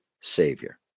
savior